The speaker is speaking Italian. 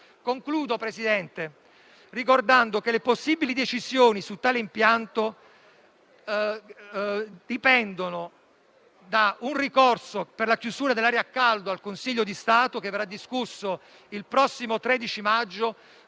Facebook. Presidente, le possibili decisioni su tale impianto dipendono da un ricorso per la chiusura dell'area a caldo al Consiglio di Stato, che verrà discusso il prossimo 13 maggio,